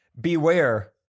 beware